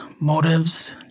motives